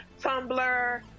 Tumblr